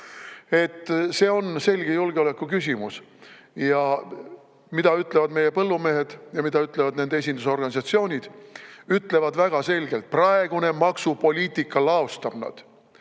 See on selge julgeolekuküsimus. Mida ütlevad meie põllumehed ja mida ütlevad nende esindusorganisatsioonid? Ütlevad väga selgelt: praegune maksupoliitika laostab nad.